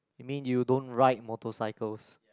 you mean you don't ride motorcycles